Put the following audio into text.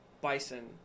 bison